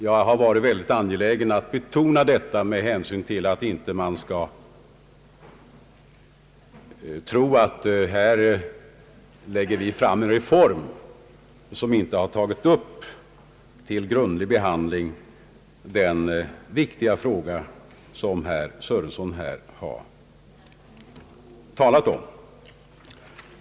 Jag är angelägen att betona detta, så att man inte får den uppfattningen att vi inte grundligt behandlat den fråga som herr Sörenson här har talat om.